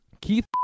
Keith